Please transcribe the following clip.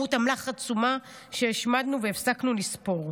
כמות אמל"ח עצומה שהשמדנו והפסקנו לספור,